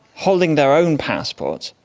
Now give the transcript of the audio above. holding their own passport,